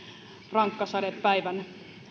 rankkasadepäivän